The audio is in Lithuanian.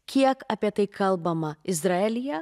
kiek apie tai kalbama izraelyje